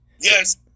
yes